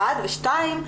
ודבר שני,